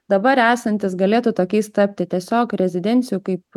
dabar esantys galėtų tokiais tapti tiesiog rezidencijų kaip